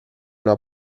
una